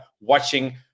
watching